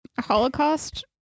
Holocaust